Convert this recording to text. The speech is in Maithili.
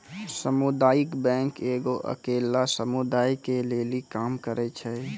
समुदायिक बैंक एगो अकेल्ला समुदाय के लेली काम करै छै